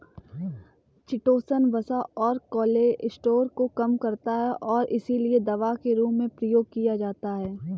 chitosan वसा और cholesterol को कम करता है और इसीलिए दवा के रूप में प्रयोग किया जाता है